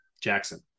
jackson